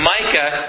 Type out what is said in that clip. Micah